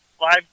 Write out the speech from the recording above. live